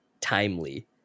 timely